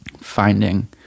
finding